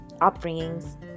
upbringings